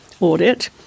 audit